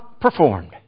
performed